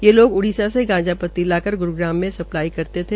ये लोग उड़ीस से गांजापत्ती लाकर ग्रूग्राम में स्पलाई करते थे